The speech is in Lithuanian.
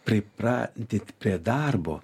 pripratint prie darbo